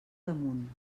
damunt